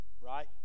right